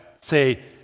say